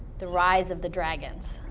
the rise of the dragons.